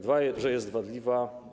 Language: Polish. Dwa, że jest wadliwa.